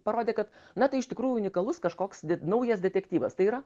parodė kad na tai iš tikrųjų unikalus kažkoks naujas detektyvas tai yra